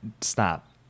stop